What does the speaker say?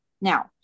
Now